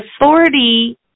authority